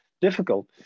difficult